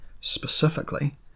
specifically